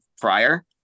prior